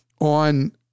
on